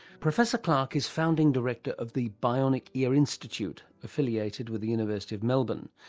professor clark is founding director of the bionic ear institute, affiliated with the university of melbourne.